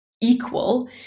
equal